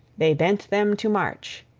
they bent them to march,